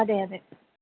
അതെ അതെ